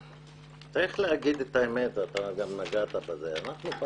צריך להגיד את האמת, אתה גם נגעת בזה.